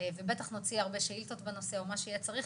ובטח נוציא הרבה שאילתות בנושא או מה שיהיה צריך,